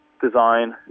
design